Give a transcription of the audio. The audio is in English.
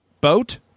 Boat